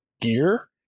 gear